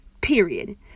period